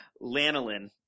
Lanolin